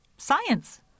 Science